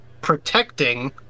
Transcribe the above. protecting